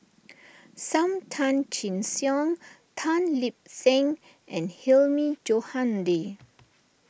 Sam Tan Chin Siong Tan Lip Seng and Hilmi Johandi